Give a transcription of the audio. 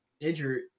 injured